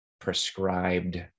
prescribed